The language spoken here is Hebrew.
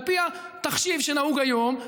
ועל פי התחשיב שנהוג היום,